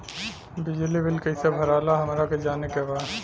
बिजली बिल कईसे भराला हमरा के जाने के बा?